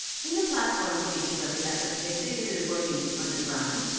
in the platform speeches of the epoch they figured as working underground,